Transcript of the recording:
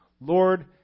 Lord